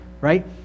Right